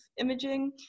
imaging